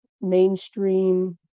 mainstream